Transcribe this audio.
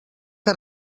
que